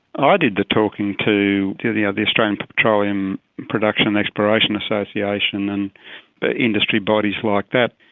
ah did the talking to to the the australian petroleum production and exploration association and the industry bodies like that.